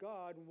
God